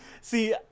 See